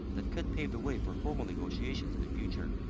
that could pave the way for formal negotiations in the future.